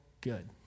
good